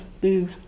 boo